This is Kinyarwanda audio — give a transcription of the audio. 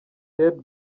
ted